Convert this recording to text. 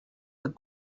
the